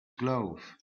glove